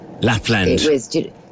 Lapland